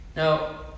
Now